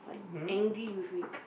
angry with me